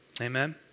Amen